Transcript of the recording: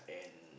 and